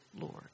Lord